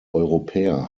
europäer